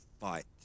fight